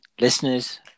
Listeners